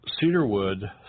cedarwood